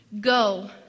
go